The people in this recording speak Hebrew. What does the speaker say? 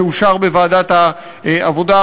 שאושר בוועדת העבודה,